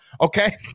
Okay